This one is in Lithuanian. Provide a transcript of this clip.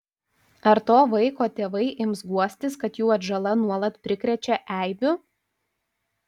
ar to vaiko tėvai ims guostis kad jų atžala nuolat prikrečia eibių